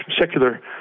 secular